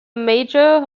major